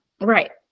Right